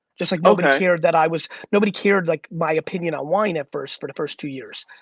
just like nobody cared that i was. nobody cared like my opinion on wine at first for the first two years,